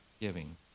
giving